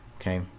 okay